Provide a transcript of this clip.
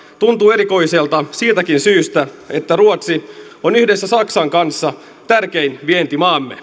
tuntuu erikoiselta siitäkin syystä että ruotsi on yhdessä saksan kanssa tärkein vientimaamme